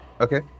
Okay